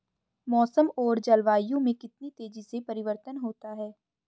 मौसम और जलवायु में कितनी तेजी से परिवर्तन होता है?